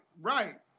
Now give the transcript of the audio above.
right